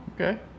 okay